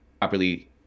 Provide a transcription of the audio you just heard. properly